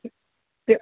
yeah